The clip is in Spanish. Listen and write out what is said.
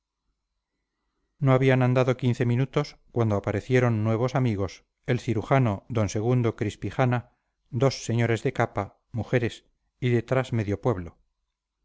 no habían andado quince minutos cuando aparecieron nuevos amigos el cirujano d segundo crispijana dos señores de capa mujeres y detrás medio pueblo